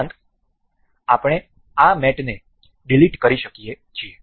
ઉપરાંત આપણે આ મેટને ડીલીટ કરી શકીએ છીએ